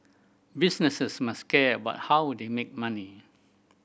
businesses must care about how they make money